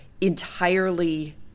entirely